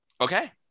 Okay